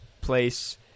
place